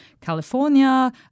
California